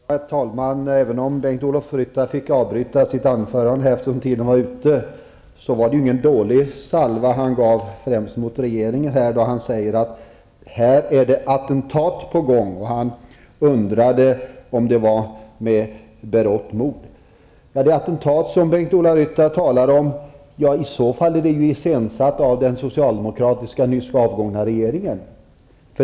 Herr talman! Även om Bengt-Ola Ryttar fick avbryta sitt anförande för att taletiden var ute, var det ingen dålig salva han gav regeringen när han sade att det var attentat på gång. Han undrade om det sker med berått mod. Det attentat som Bengt-Ola Ryttar talar om är i så fall iscensatt av den socialdemokratiska, nyss avgångna, regeringen.